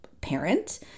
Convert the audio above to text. parent